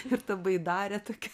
ir ta baidarė tokia